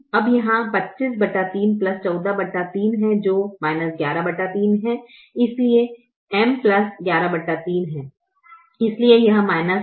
अब यहाँ 253 143 है जो 113 है इसलिए M 113